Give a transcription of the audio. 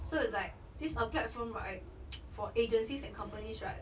so it's like this a platform right for agencies and companies right